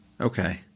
Okay